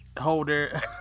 holder